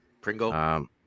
Pringle